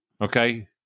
okay